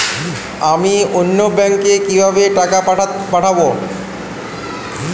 আমি অন্য ব্যাংকে কিভাবে টাকা পাঠাব?